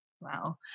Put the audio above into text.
Wow